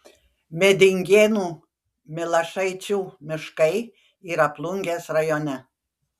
medingėnų milašaičių miškai yra plungės rajone